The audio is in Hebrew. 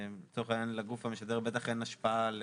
לצורך העניין, לגוף המשדר בטח אין השפעה על